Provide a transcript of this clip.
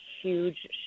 huge